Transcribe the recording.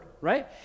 right